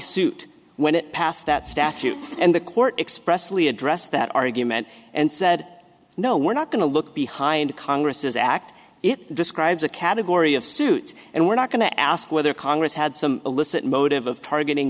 suit when it passed that statute and the court expressly addressed that argument and said no we're not going to look behind congress's act it describes a category of suit and we're not going to ask whether congress had some illicit motive of targeting